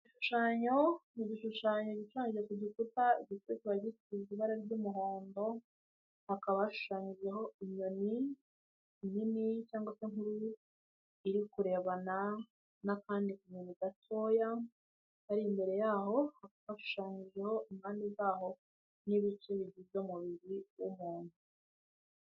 Igishushanyo, ni igishushanyo gishushanije ku gikuta, igikuta kikaba gishushanijeho ibara ry'umuhondo, hakaba hashushanyijweho inyoni nini cyangwa se nkuru, iri kurebana n'akandi kanyoni gatoya, kari imbere yaho hafashanyijweho impande yaho n'ibice bigize umubiri w'umuntu.